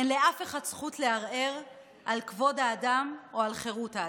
אין לאף אחד זכות לערער על כבוד האדם או על חירות האדם.